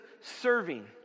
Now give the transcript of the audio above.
serving